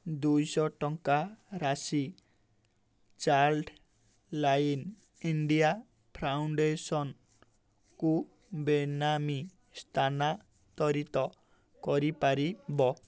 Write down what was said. ଦୁଇଶହ ଟଙ୍କାର ରାଶି ଚାଇଲ୍ଡ୍ ଲାଇନ୍ ଇଣ୍ଡିଆ ଫାଉଣ୍ଡେସନ୍କୁ ବେନାମୀ ସ୍ଥାନାନ୍ତରିତ କରିପାରିବ